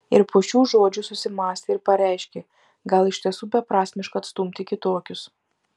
ir po šių žodžių susimąstė ir pareiškė gal iš tiesų beprasmiška atstumti kitokius